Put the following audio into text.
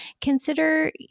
consider